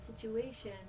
situation